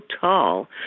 tall